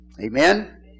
Amen